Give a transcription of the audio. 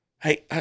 Hey